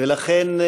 לכן,